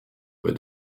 where